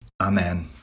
amen